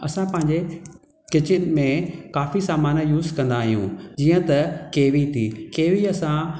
असां पंहिंजे किचन में काफ़ी सामान यूज़ कंदा आहियूं जीअं त केवी थी केवीअ सां